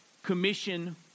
Commission